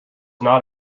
not